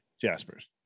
Jaspers